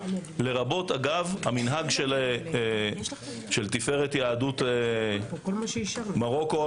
לרבות המנהג של תפארת יהדות מרוקו,